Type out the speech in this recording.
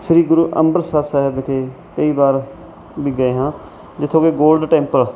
ਸ਼੍ਰੀ ਗੁਰੂ ਅੰਬਰਸਰ ਸਾਹਿਬ ਵਿਖੇ ਕਈ ਵਾਰ ਵੀ ਗਏ ਹਾਂ ਜਿੱਥੋਂ ਕਿ ਗੋਲਡ ਟੈਂਪਲ